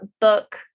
book